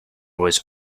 was